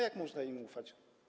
Jak można im ufać?